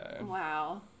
Wow